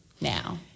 now